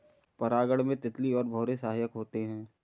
परागण में तितली और भौरे सहायक होते है